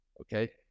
okay